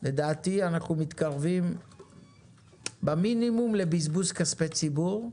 לדעתי אנחנו מתקרבים במינימום לבזבוז כספי ציבור,